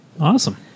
Awesome